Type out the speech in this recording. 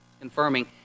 confirming